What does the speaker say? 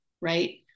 right